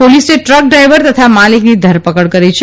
પોલીસે truck driver તથા માલીકની ધરપકડ કરી છે